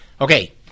Okay